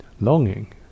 longing